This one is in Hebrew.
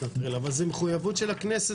אבל זאת מחויבות של הכנסת.